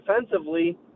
defensively